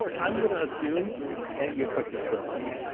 i'm going to assume that you cooked it correctly.